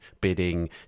bidding